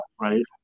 right